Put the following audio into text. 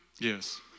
Yes